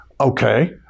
Okay